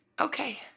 Okay